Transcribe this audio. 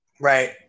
Right